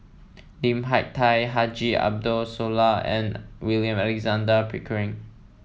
Lim Hak Tai Haji Ambo Sooloh and William Alexander Pickering